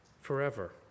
forever